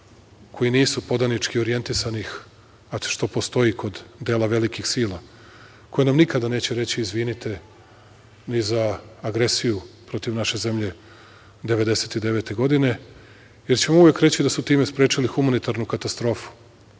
koji nisu podanički orijentisani, a što postoji kod dela velikih sila, koje nam nikada neće reći – izvinite ni za agresiju protiv naše zemlje 1999. godine, jer će uvek reći da su time sprečili humanitarnu katastrofu.